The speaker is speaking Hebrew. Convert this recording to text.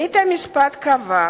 בית-המשפט קבע,